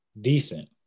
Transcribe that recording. decent